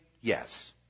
yes